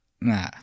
Nah